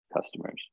customers